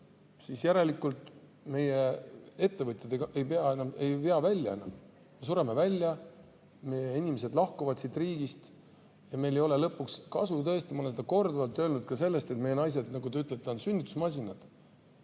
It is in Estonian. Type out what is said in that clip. siis järelikult meie ettevõtjad ei vea enam välja. Me sureme välja. Meie inimesed lahkuvad siit riigist ja meil ei ole lõpuks kasu – tõesti, ma olen seda korduvalt öelnud – ka sellest, et meie naised, nagu te ütlete, on sünnitusmasinad.